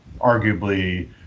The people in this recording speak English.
arguably